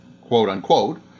quote-unquote